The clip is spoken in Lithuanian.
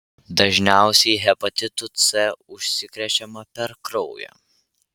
dažniausiai hepatitu c užsikrečiama per kraują